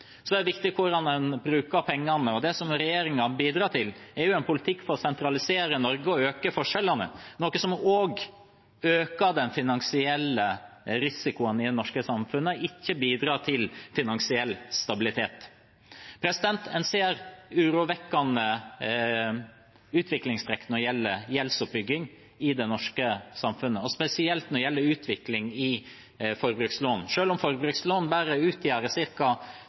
er det viktig hvordan en bruker pengene. Det regjeringen bidrar til, er en politikk for å sentralisere Norge og øke forskjellene, noe som også øker den finansielle risikoen i det norske samfunnet og ikke bidrar til finansiell stabilitet. En ser urovekkende utviklingstrekk når det gjelder gjeldsoppbygging i det norske samfunnet, spesielt utviklingen i forbrukslån. Selv om forbrukslån bare